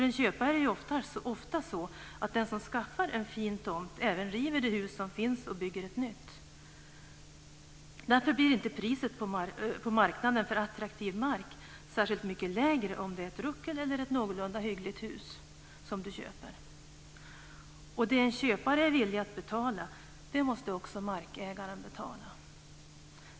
En köpare av en fin tomt river ju ofta det hus som finns och bygger ett nytt. Därför blir priset på marknaden för attraktiv mark inte särskilt mycket lägre om det är ett ruckel du köper än om det är ett någorlunda hyggligt hus. Det en köpare är villig att betala måste också markägaren betala.